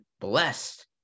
blessed